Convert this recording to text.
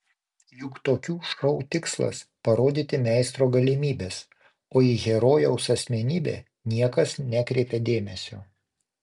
juk tokių šou tikslas parodyti meistro galimybes o į herojaus asmenybę niekas nekreipia dėmesio